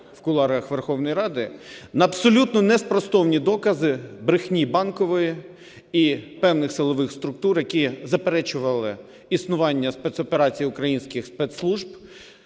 в кулуарах Верховної Ради абсолютно неспростовні докази брехні Банкової і певних силових структур, які заперечували існування спецоперації українських спецслужб,